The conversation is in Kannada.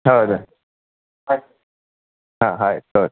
ಹೌದು ಹಾಂ ಆಯ್ತು ಓಕೆ